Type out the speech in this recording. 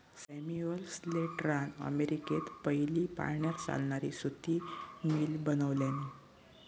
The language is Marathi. सैमुअल स्लेटरान अमेरिकेत पयली पाण्यार चालणारी सुती मिल बनवल्यानी